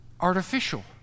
artificial